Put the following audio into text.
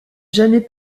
jamais